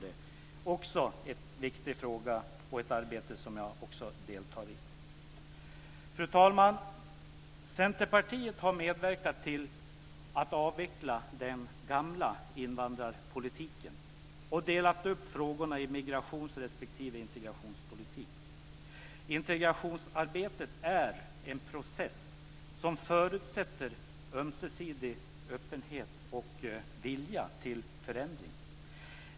Det är också en viktig fråga och ett arbete som jag deltar i. Fru talman! Centerpartiet har medverkat till att avveckla den gamla invandrarpolitiken och dela upp frågorna i migrations respektive integrationspolitik. Integrationsarbetet är en process som förutsätter ömsesidig öppenhet och vilja till förändring.